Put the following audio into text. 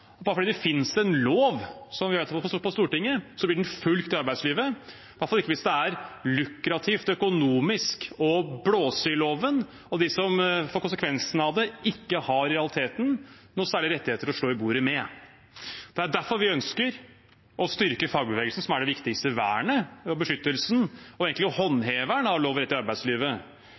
bare fordi det finnes en lov som vi har vedtatt på Stortinget, blir den fulgt i arbeidslivet – i hvert fall ikke hvis det er lukrativt økonomisk å blåse i loven, og de som får merke konsekvensen av det, har i realiteten ikke noen rettigheter å slå i bordet med. Det er derfor vi ønsker å styrke fagbevegelsen, som er det viktigste vernet, beskyttelsen og egentlig håndheveren av lov og rett i arbeidslivet,